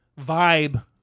vibe